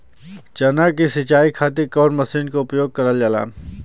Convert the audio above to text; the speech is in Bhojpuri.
चना के सिंचाई खाती कवन मसीन उपयोग करल जाला?